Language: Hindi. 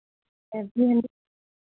सर्दी में